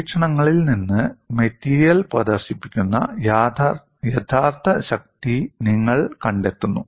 പരീക്ഷണങ്ങളിൽ നിന്ന് മെറ്റീരിയൽ പ്രദർശിപ്പിക്കുന്ന യഥാർത്ഥ ശക്തി നിങ്ങൾ കണ്ടെത്തുന്നു